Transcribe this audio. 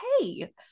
Hey